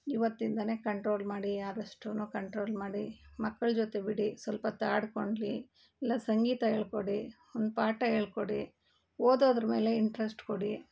ಇವತ್ತಿಂದನೆ control ಮಾಡಿ ಆದಷ್ಟು control ಮಾಡಿ ಮಕ್ಳ ಜೊತೆ ಬಿಡಿ ಸ್ವಲ್ಪ ಹೊತ್ತು ಆಡಿಕೊಂಡ್ಲಿ ಇಲ್ಲ ಸಂಗೀತ ಹೇಳಿಕೊಡಿ ಒಂದು ಪಾಠ ಹೇಳ್ಕೊಡಿ ಓದೋದ್ರ ಮೇಲೆ ಇಂಟ್ರೆಸ್ಟ್ ಕೊಡಿ